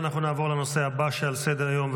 אנחנו נעבור לנושא הבא שעל סדר-היום,